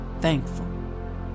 thankful